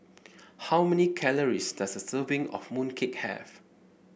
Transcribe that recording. how many calories does a serving of mooncake have